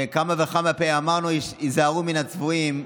וכמה וכמה פעמים אמרנו: "היזהרו מן הצבועים".